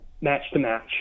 match-to-match